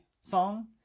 song